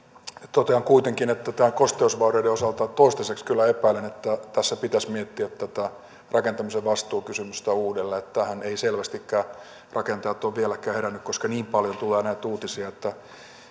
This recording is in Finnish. totean kuitenkin että näiden kosteusvaurioiden osalta toistaiseksi kyllä epäilen että tässä pitäisi miettiä tätä rakentamisen vastuukysymystä uudelleen tähän eivät selvästikään rakentajat ole vieläkään heränneet koska niin paljon tulee näitä uutisia että